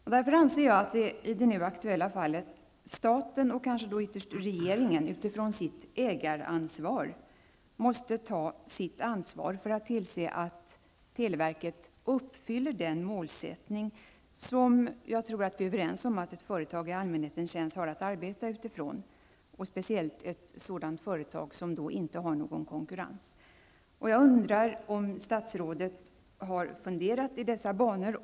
Jag anser därför att det i det aktuella fallet är staten, kanske ytterst regeringen med utgångspunkt i sitt ägaransvar, som måste ta ansvaret för att tillse att televerket uppfyller de målsättningar som jag tror att vi är överens om att ett företag i allmänhetens tjänst har att arbeta efter. Det gäller speciellt ett företag som inte är utsatt för någon konkurrens. Har statsrådet funderat i dessa banor?